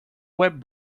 web